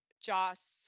joss